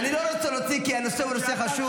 אני לא רוצה להוציא, כי הנושא הוא חשוב.